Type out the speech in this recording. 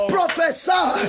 Professor